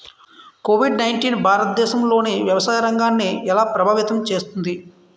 Covid nineteen భారతదేశంలోని వ్యవసాయ రంగాన్ని ఎలా ప్రభావితం చేస్తుంది?